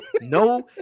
No